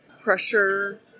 pressure